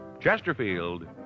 Chesterfield